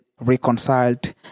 reconciled